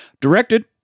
directed